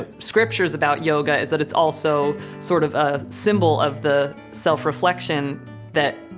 ah scriptures about yoga is that it's also sort of a symbol of the self-reflection that,